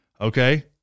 Okay